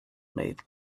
made